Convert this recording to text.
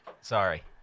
Sorry